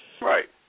Right